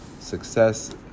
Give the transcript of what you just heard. success